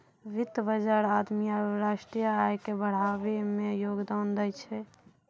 वित्त बजार आदमी आरु राष्ट्रीय आय के बढ़ाबै मे योगदान दै छै